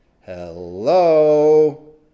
Hello